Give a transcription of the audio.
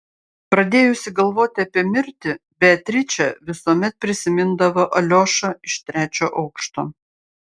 pradėjusi galvoti apie mirtį beatričė visuomet prisimindavo aliošą iš trečio aukšto